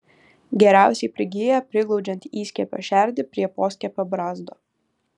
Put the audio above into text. geriausiai prigyja priglaudžiant įskiepio šerdį prie poskiepio brazdo